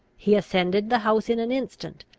he ascended the house in an instant,